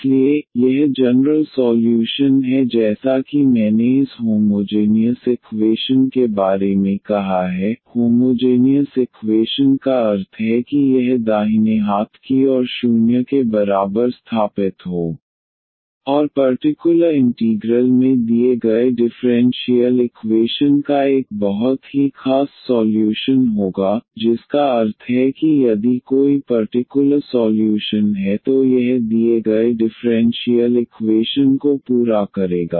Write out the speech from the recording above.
इसलिए यह general solution है जैसा कि मैंने इस होमोजेनियस इकवेशन के बारे में कहा है होमोजेनियस इकवेशन का अर्थ है कि यह दाहिने हाथ की और 0 के बराबर स्थापित हो dnydxna1dn 1ydxn 1any0 और पर्टिकुलर इंटीग्रल में दिए गए डिफरेंशियल इक्वेशन का एक बहुत ही खास सॉल्यूशन होगा जिसका अर्थ है कि यदि कोई पर्टिकुलर सॉल्यूशन है तो यह दिए गए डिफरेंशियल इक्वेशन को पूरा करेगा